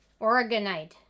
oregonite